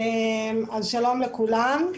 שלום לכולם,